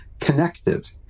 connected